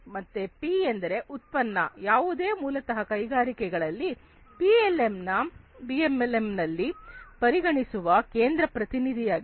ಮತ್ತೆ ಪಿ ಎಂದರೆ ಉತ್ಪನ್ನ ಯಾವುದು ಮೂಲತಃ ಕೈಗಾರಿಕೆಗಳಲ್ಲಿ ಪಿಎಲ್ಎಂನಲ್ಲಿ ಪರಿಗಣಿಸುವ ಕೇಂದ್ರ ಪ್ರತಿನಿಧಿಯಾಗಿದೆ